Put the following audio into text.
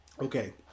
Okay